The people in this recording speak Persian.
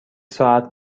ساعت